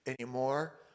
anymore